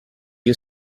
you